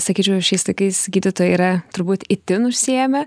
sakyčiau šiais laikais gydytojai yra turbūt itin užsiėmę